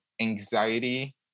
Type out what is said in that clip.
anxiety